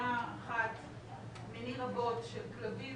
תמונה אחת מני רבות של כלבים,